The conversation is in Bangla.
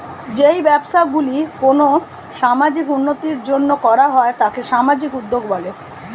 যেই ব্যবসাগুলি কোনো সামাজিক উন্নতির জন্য করা হয় তাকে সামাজিক উদ্যোগ বলে